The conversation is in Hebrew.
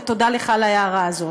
ותודה לך על ההערה הזאת.